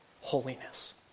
holiness